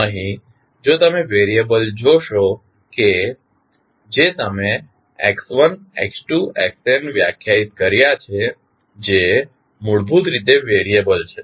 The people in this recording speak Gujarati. અહીં જો તમે વેરીયબલ જોશો કે જે તમે x1 x2 xn વ્યાખ્યાયિત કર્યા છે જે મૂળભૂત રીતે વેરીયબલ છે